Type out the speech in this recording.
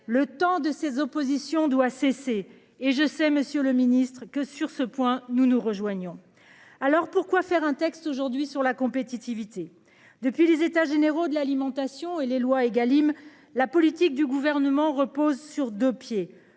le temps de ses oppositions doit cesser et je sais, Monsieur le Ministre, que sur ce point nous nous rejoignons. Alors pourquoi faire un texte aujourd'hui sur la compétitivité, depuis les états généraux de l'alimentation et les loi Egalim la politique du gouvernement repose sur 2 pieds